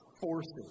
forces